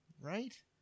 right